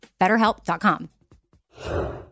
BetterHelp.com